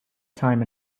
time